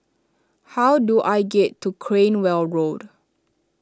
how do I get to Cranwell Road